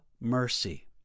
mercy